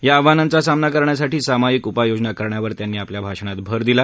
या आव्हानांचा सामना करण्यासाठी सामायिक उपाययोजना करण्यावर त्यांनी आपल्या भाषणात भर दिला